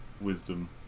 wisdom